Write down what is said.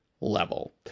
level